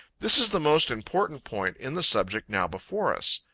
this is the most important point in the subject now before us.